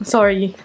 Sorry